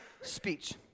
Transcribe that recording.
speech